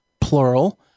plural